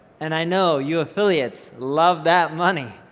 and i know you affiliates love that money,